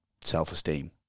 self-esteem